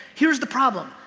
here's the problem.